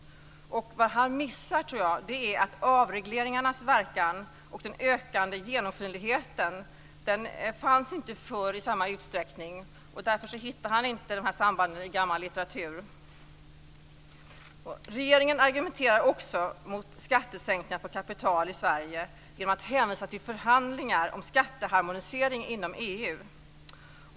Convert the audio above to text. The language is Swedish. Vad han missar är att avregleringarnas inverkan och den ökande genomskinligheten fanns inte förr i samma utsträckning. Därför hittar han inte dessa samband i gammal litteratur. Regeringen argumenterar också mot skattesänkningar på kapital i Sverige genom att hänvisa till förhandlingar om skatteharmonisering inom EU.